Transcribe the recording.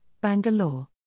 Bangalore